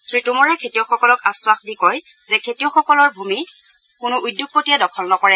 শ্ৰী টোমৰে খেতিয়কসকলক আখাস দি কয় যে খেতিয়কসকলৰ ভূমি কোনো উদ্যোগপতিয়ে দখল নকৰে